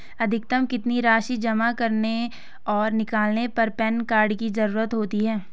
अधिकतम कितनी राशि जमा करने और निकालने पर पैन कार्ड की ज़रूरत होती है?